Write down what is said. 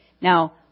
Now